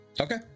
Okay